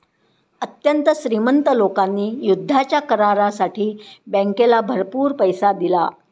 अत्यंत श्रीमंत लोकांनी युद्धाच्या करारासाठी बँकेला भरपूर पैसा दिला